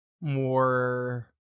More